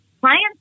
clients